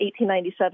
1897